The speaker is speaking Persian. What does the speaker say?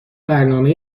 برنامه